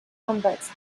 convex